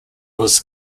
was